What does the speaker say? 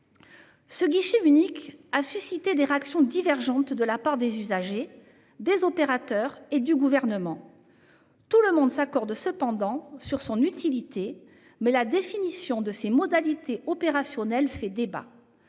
Ce guichet unique a suscité des réactions différentes chez les usagers, les opérateurs et le Gouvernement. Si tout le monde s'accorde sur son utilité, la définition de ses modalités opérationnelles fait débat.